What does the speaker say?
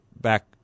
back